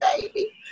baby